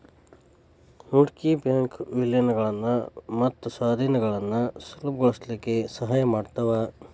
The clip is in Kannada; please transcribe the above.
ಹೂಡ್ಕಿ ಬ್ಯಾಂಕು ವಿಲೇನಗಳನ್ನ ಮತ್ತ ಸ್ವಾಧೇನಗಳನ್ನ ಸುಲಭಗೊಳಸ್ಲಿಕ್ಕೆ ಸಹಾಯ ಮಾಡ್ತಾವ